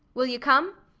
will you come?